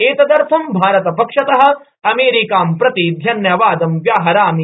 एतदर्थ भारतपक्षतः अमेरिकां प्रति धन्यवादं व्याहरामि